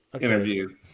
Interview